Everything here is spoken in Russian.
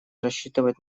рассчитывать